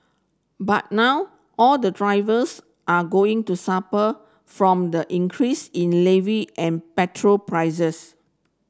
but now all the drivers are going to suffer from the increase in levy and petrol prices